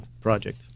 project